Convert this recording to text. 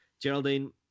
geraldine